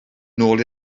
nôl